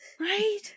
Right